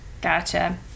Gotcha